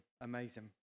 amazing